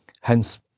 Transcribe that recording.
Hence